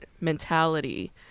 mentality